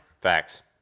facts